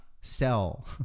sell